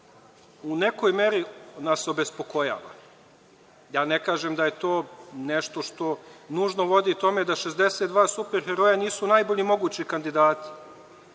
u nekoj meri nas obespokojava. Ne kažem da je to nešto što nužno vodi tome da 62 super heroja nisu najbolji mogući kandidati,